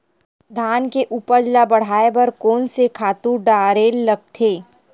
धान के उपज ल बढ़ाये बर कोन से खातु डारेल लगथे?